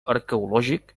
arqueològic